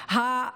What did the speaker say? כמעט.